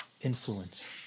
influence